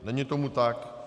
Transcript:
Není tomu tak.